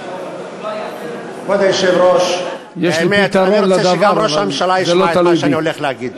יש לי פתרון לדבר, אבל זה לא תלוי בי.